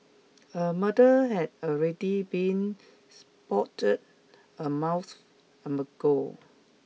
a murder had already been spotted a month ago